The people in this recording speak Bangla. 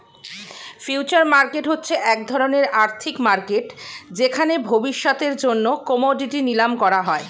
ফিউচার মার্কেট হচ্ছে এক ধরণের আর্থিক মার্কেট যেখানে ভবিষ্যতের জন্য কোমোডিটি নিলাম করা হয়